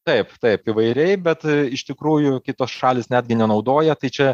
taip taip įvairiai bet iš tikrųjų kitos šalys netgi nenaudoja tai čia